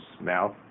mouth